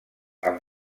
amb